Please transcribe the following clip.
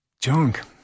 junk